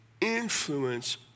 influence